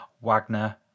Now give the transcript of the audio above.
Wagner